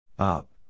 Up